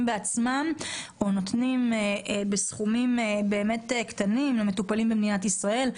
בעצמם או נותנים בסכומים באמת קטנים למטופלים במדינת ישראל.